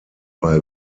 bei